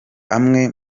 amwe